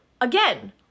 again